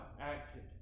acted